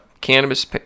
cannabis